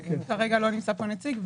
כרגע לא נמצא פה נציג.